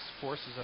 forces